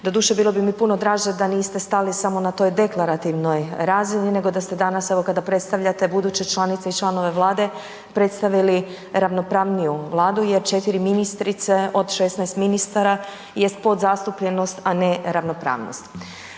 Doduše, bilo bi mi puno draže da niste stali samo na toj deklarativnoj razini, nego da ste danas, evo, kada predstavljate buduće članice i članove Vlade, predstavili ravnopravniju Vladu jer 4 ministrice od 16 ministara jest podzastupljenost, a ne ravnopravnost.